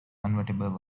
convertible